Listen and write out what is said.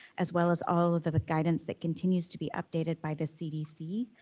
as well as all of the guidance that continues to be updated by the cdc.